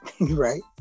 Right